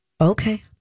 Okay